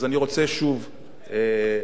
אני רוצה, שוב,